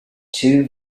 two